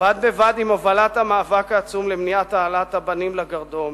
בד בבד עם הובלת המאבק העצום למניעת העלאת הבנים לגרדום,